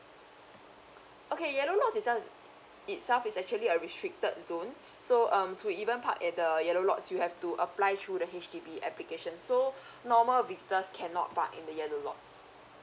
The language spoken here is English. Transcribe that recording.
okay yellow lots itself itself is actually a restricted zone so um to even park at the yellow lots you have to apply through the H_D_B application so normal visitors cannot park in the yellow lots